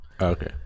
Okay